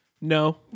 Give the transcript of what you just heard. No